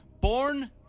Born